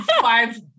Five